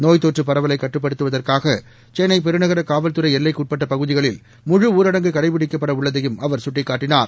நோய் தொற்று பரவலை கட்டுப்படுத்துவதற்காக சென்னை பெருநகர காவல்துறை எல்லைக்கு உட்பட்ட பகுதிகளில் முழு ஊரடங்கு கடைபிடிக்கப்பட உள்ளதையும் அவர் சுட்டிக்காட்டினார்